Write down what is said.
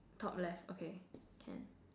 top left okay can